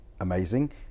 amazing